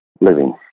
living